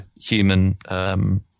human